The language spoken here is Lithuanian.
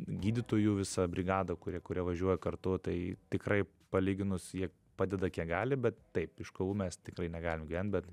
gydytojų visą brigadą kurie kurie važiuoja kartu tai tikrai palyginus jie padeda kiek gali bet taip iš kovų mes tikrai negalim gyvent bet